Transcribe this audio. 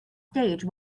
stage